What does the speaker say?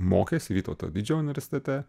mokėsi vytauto didžiojo universitete